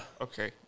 Okay